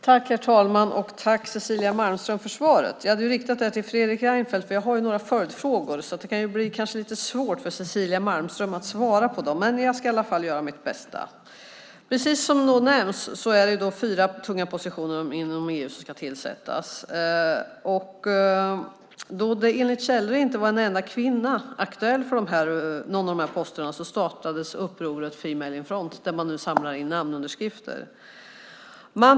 Herr talman! Tack, Cecilia Malmström, för svaret! Jag hade riktat interpellationen till Fredrik Reinfeldt. Jag har en del följdfrågor. Det kanske kan bli svårt för Cecilia Malmström att svara på dem. Precis som nämns är det fyra tunga positioner inom EU som ska tillsättas. Då, enligt källor, inte en enda kvinna var aktuell för någon av de här posterna startades uppropet Females in front där man samlar in namnunderskrifter.